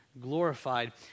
glorified